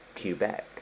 Quebec